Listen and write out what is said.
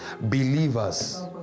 Believers